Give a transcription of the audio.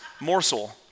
morsel